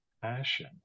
passion